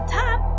top